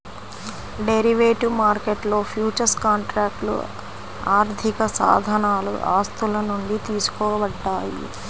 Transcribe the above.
derivative మార్కెట్లో futures కాంట్రాక్ట్లు ఆర్థికసాధనాలు ఆస్తుల నుండి తీసుకోబడ్డాయి